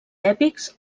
èpics